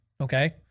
Okay